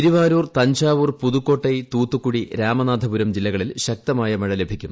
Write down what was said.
തിരുവാരൂർ തഞ്ചാവൂർ പുതുക്കോട്ടൈ തൂത്തുക്കൂടി രാമനാഥപുരം ജില്ലകളിൽ ശക്തമായ മഴ ലഭിക്കും